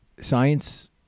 science